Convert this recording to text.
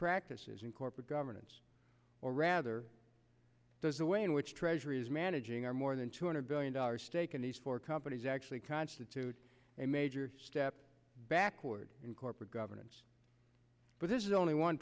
practices in corporate governance or rather the way in which treasury is managing our more than two hundred billion dollars stake and these four companies actually constitute a major step backward in corporate governance but this is only one